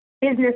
business